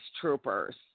troopers